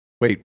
wait